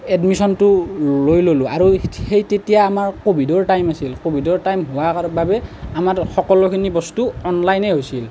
এডমিশ্যনটো লৈ ল'লোঁ আৰু সেই তেতিয়া আমাৰ ক'ভিডৰ টাইম আছিল ক'ভিডৰ টাইম হোৱাৰ বাবে আমাৰ সকলোখিনি বস্তু অনলাইনেই হৈছিল